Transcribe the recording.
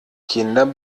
kinder